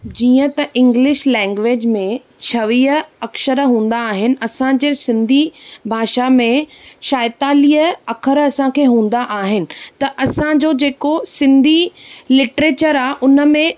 जीअं त English language में छवीह अक्षर हूंदा आहिनि असांजे सिंधी भाषा में छाएतालीह अखर असांखे हूंदा आहिनि त असांजो जेको सिंधी लिटरेचर आहे उन में